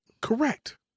Correct